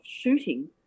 shooting